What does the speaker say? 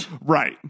Right